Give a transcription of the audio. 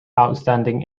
outstanding